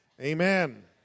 Amen